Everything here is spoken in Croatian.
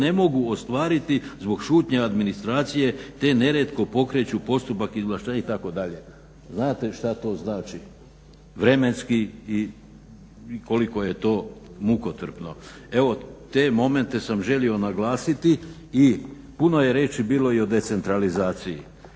ne mogu ostvariti zbog šutnje administracije te nerijetko pokreću postupak izvlaštenja" itd. Znate šta to znači vremenski i koliko je to mukotrpno. Evo te momente sam želio naglasiti. I puno je riječi bilo i o decentralizaciji.